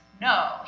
no